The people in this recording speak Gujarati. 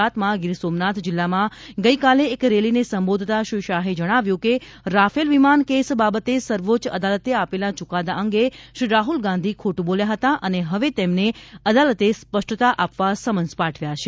ગુજરાતના ગીર સોમનાથ જિલ્લામાં ગઇકાલે એક રેલીને સંબોધતાં શ્રી શાહે જણાવ્યું હતું કે રાફેલ વિમાન કેસ બાબતે સર્વોચ્ચ અદાલતે આપેલા ચુકાદા અંગે શ્રી રાહુલ ગાંધી ખોટું બોલ્યા હતા અને હવે તેમને અદાલતે સ્પષ્ટતા આપવા સમન્સ પાઠવ્યા છે